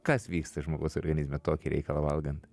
kas vyksta žmogaus organizme tokį reikalą valgant